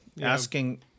asking